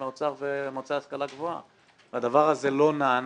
האוצר והמועצה להשכלה גבוהה והדבר הזה לא נענה.